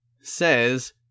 says